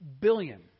billion